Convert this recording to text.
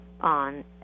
on